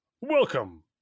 welcome